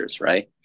right